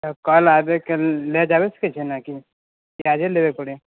कल आबे के ले जाबे सकै छियै ने की आजे लेबे के परी